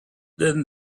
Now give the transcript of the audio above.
then